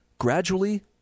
gradually